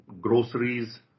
groceries